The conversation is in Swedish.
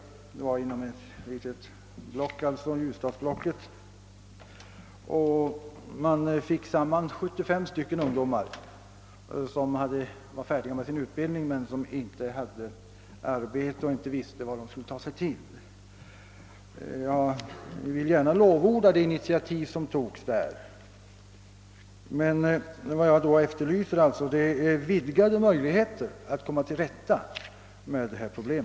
Detta var inom ett litet block, Ljusdalsblocket, och man fick samman 75 ungdomar som var färdiga med sin utbildning men som inte hade arbete och inte visste vad de skulle ta sig till. Jag vill gärna lovorda det initiativ som togs den gången. Men vad jag nu efterlyser är alltså vidgade möjligheter att komma till rätta med detta problem.